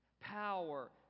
Power